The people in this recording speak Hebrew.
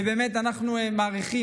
ובאמת אנחנו מעריכים.